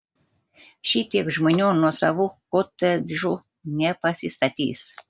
šitiek žmonių nuosavų kotedžų nepasistatys